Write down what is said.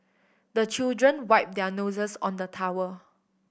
the children wipe their noses on the towel